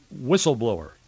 whistleblower